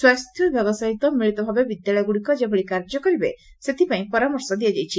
ସ୍ୱାସ୍ସ୍ୟ ବିଭାଗ ସହିତ ମିଳିତ ଭାବେ ବିଦ୍ୟାଳୟ ଗୁଡିକ ଯେଭଳି କାର୍ଯ୍ୟକରିବେ ସେଥିପାଇଁ ପରାମର୍ଶ ଦିଆଯାଇଛି